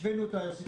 השווינו את הסיטואציה